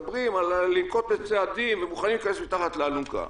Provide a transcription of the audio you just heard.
מדברים על לנקוט בצעדים ומוכנים להיכנס מתחת לאלונקה.